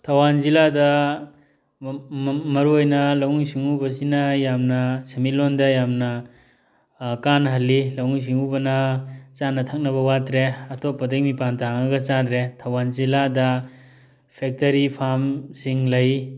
ꯊꯧꯕꯥꯜ ꯖꯤꯂꯥꯗ ꯃꯔꯨꯑꯣꯏꯅ ꯂꯧꯎ ꯁꯤꯡꯎꯕꯁꯤꯅ ꯌꯥꯝꯅ ꯁꯦꯟꯃꯤꯠꯂꯣꯟꯗ ꯌꯥꯝꯅ ꯀꯥꯅꯍꯜꯂꯤ ꯂꯧꯎ ꯁꯤꯡꯎꯕꯅ ꯆꯥꯅ ꯊꯛꯅꯕ ꯋꯥꯠꯇ꯭ꯔꯦ ꯑꯇꯣꯞꯄꯗꯩ ꯃꯤꯄꯥꯟ ꯇꯥꯡꯉꯒ ꯆꯥꯗ꯭ꯔꯦ ꯊꯧꯕꯥꯜ ꯖꯤꯂꯥꯗ ꯐꯦꯛꯇꯔꯤ ꯐꯥꯝꯁꯤꯡ ꯂꯩ